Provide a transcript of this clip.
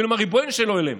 כאילו הם ריבונו של עולם: